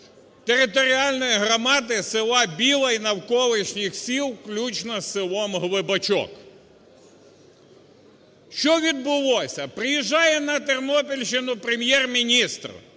територіальної громади села Біла і навколишніх сіл, включно з селом Глибочок. Що відбулося? Приїжджає на Тернопільщину Прем'єр-міністр,